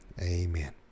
Amen